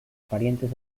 parientes